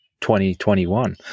2021